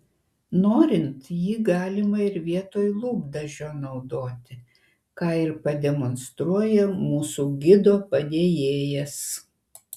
norint jį galima ir vietoj lūpdažio naudoti ką ir pademonstruoja mūsų gido padėjėjas